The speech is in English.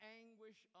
anguish